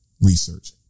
research